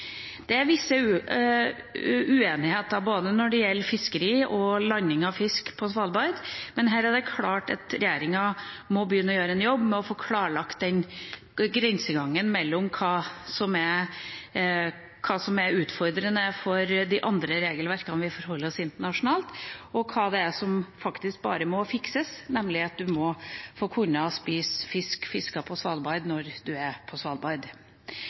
Det er en viss uenighet når det gjelder både fiskeri og landing av fisk på Svalbard. Her er det klart at regjeringa må begynne å gjøre en jobb med å få klarlagt grensegangen mellom hva som er utfordrende med de andre regelverkene vi forholder oss til internasjonalt, og hva det er som faktisk bare må fikses, nemlig at man kunne få spise fisk fisket på Svalbard når man er på Svalbard.